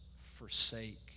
forsake